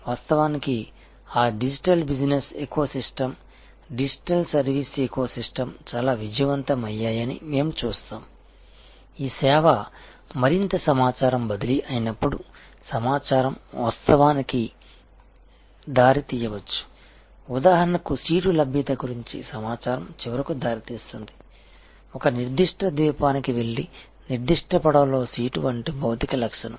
వాస్తవానికి ఆ digital business ecosystems digital service ecosystems చాలా విజయవంతమయ్యాయని మేము చూస్తాము ఈ సేవ మరింత సమాచారం బదిలీ అయినప్పుడు సమాచారం వాస్తవానికి దారి తీయవచ్చు ఉదాహరణకు సీటు లభ్యత గురించి సమాచారం చివరకు దారితీస్తుంది ఒక నిర్దిష్ట ద్వీపానికి వెళ్లే నిర్దిష్ట పడవలో సీటు వంటి భౌతిక లక్షణం